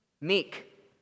meek